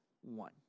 one